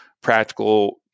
practical